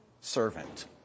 servant